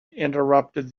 interrupted